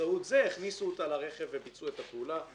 שבאמצעות זה הכניסו אותה לרכב וביצעו את הפעולה.